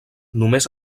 només